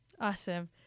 Awesome